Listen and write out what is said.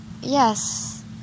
yes